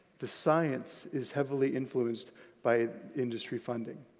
the science is heavily influenced by industry funding.